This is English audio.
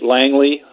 Langley